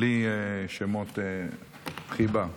בלי שמות חיבה,